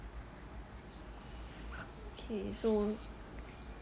okay so